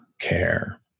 care